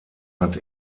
hat